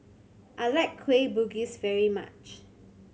I like Kueh Bugis very much